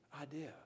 idea